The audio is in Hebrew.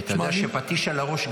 כי אתה יודע שפטיש על הראש,